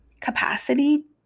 capacity